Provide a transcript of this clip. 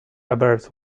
averse